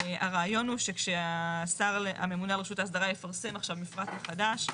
הרעיון הוא שכשהשר הממונה על רשות ההסדרה יפרסם עכשיו מפרט מחדש,